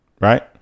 Right